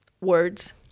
words